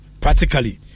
practically